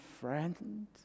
friend